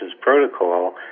protocol